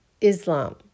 Islam